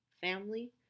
family